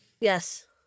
Yes